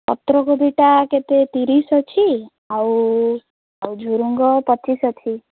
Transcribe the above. ପତ୍ରକୋବିଟା କେତେ ତିରିଶି ଅଛି ଆଉ ଆଉ ଝୁଡ଼ଙ୍ଗ ପଚିଶି ଅଛି